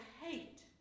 hate